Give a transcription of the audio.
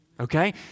Okay